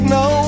no